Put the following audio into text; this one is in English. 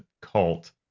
cult